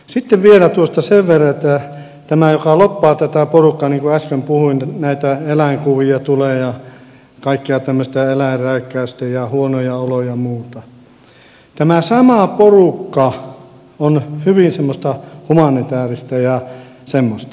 sitten vielä sen verran että tämä joka lobbaa tätä porukkaa niin kuin äsken puhuin näitä eläinkuvia tulee ja kaikkea tämmöistä eläinrääkkäystä ja huonoja oloja ja muuta tämä sama porukka on hyvin semmoista humanitääristä ja semmoista